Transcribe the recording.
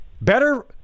better